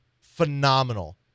phenomenal